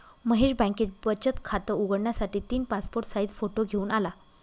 महेश बँकेत बचत खात उघडण्यासाठी तीन पासपोर्ट साइज फोटो घेऊन आला